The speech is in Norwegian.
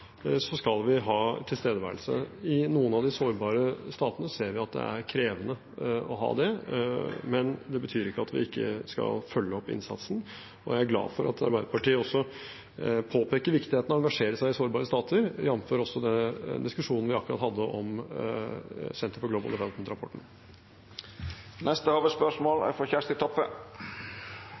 at det er krevende å ha det, men det betyr ikke at vi ikke skal følge opp innsatsen. Jeg er glad for at Arbeiderpartiet også påpeker viktigheten av å engasjere seg i sårbare stater, jf. diskusjonen vi akkurat hadde om Center for Global Development-rapporten. Me går vidare til neste